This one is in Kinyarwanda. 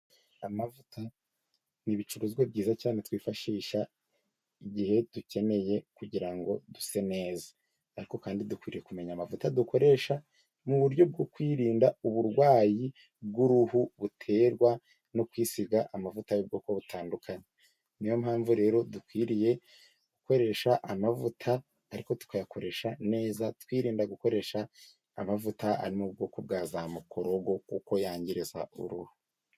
Amavuta ni ibicuruzwa byiza cyane twifashisha igihe dukeneye kugira ngo duse neza, ariko kandi dukwiriye kumenya amavuta dukoresha mu buryo bwo kwirinda uburwayi bw'uruhu buterwa no kwisiga amavuta y'ubwoko butandukanye. N'iyo mpamvu rero dukwiriye gukoresha amavuta ariko tukayakoresha neza, twirinda gukoresha amavuta ari mu bwoko bwa za mukorogo kuko yangiriza uruhu.